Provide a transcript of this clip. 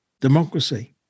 democracy